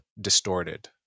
distorted